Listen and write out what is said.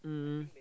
um